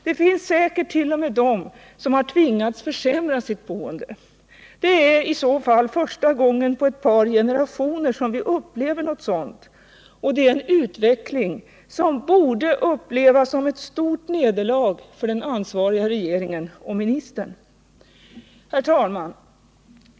Det finns säkert t.o.m. de som har tvingats försämra sitt boende. Det är i så fall första gången på ett par generationer som vi upplever något sådant, och det är en utveckling som borde upplevas som ett stort nederlag för den ansvariga regeringen och ministern. Herr talman!